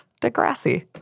Degrassi